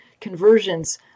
conversions